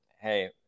hey